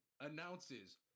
announces